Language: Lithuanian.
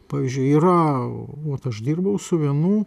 pavyzdžiui yra vat aš dirbau su vienu